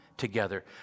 Together